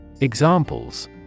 Examples